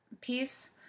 piece